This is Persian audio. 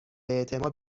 اعتماد